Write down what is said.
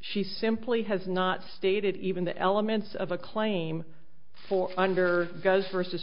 she simply has not stated even the elements of a claim for under those vers